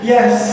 Yes